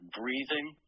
breathing